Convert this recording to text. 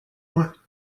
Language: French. moins